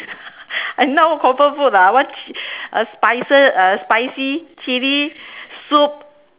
I now comfort food ah I want ch~ a spicer uh spicy chilli soup